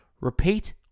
Repeat